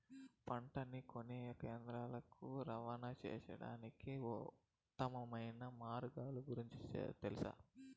పంటలని కొనే కేంద్రాలు కు రవాణా సేయడానికి ఉత్తమమైన మార్గాల గురించి తెలుసా?